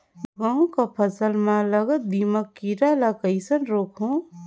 मोर गहूं कर फसल म लगल दीमक कीरा ला कइसन रोकहू?